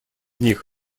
них